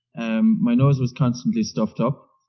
um my nose was constantly stuffed up,